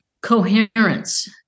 coherence